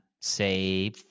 say